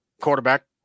quarterback